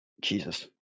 Jesus